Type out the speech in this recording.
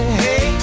hey